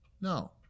No